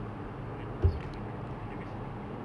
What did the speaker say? ya I think so I don't know I never see who it is